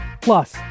Plus